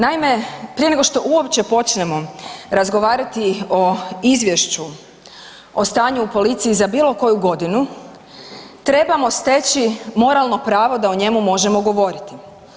Naime, prije nego što uopće počnemo razgovarati o izvješću o stanju u policiji za bilo koju godinu trebamo steći moralno pravo da o njemu možemo govoriti.